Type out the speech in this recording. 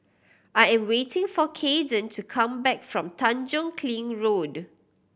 I am waiting for Kaiden to come back from Tanjong Kling Road